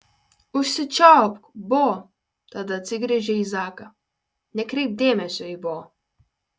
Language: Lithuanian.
užsičiaupk bo tada atsigręžė į zaką nekreipk dėmesio į bo